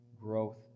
growth